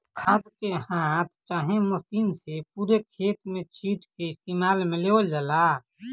खाद के हाथ चाहे मशीन से पूरे खेत में छींट के इस्तेमाल में लेवल जाला